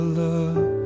love